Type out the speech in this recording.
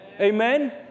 Amen